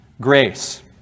grace